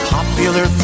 Popular